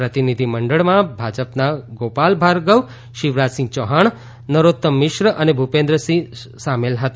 પ્રતિનિધિમંડળમાં ભાજપના ગોપાલ ભાર્ગવ શિવરાજસિંહ ચૌહાણ નરોત્તમ મિશ્ર અને ભૂપેન્દ્રસિંહ સામેલ હતા